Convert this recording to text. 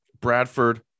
Bradford